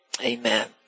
Amen